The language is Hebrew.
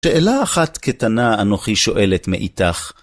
שאלה אחת קטנה אנוכי שואלת מאיתך...